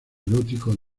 erótico